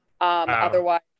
Otherwise